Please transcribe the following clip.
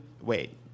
wait